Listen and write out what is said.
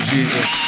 Jesus